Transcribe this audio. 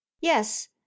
yes